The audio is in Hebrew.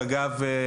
אגב,